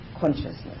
Consciousness